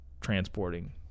Transporting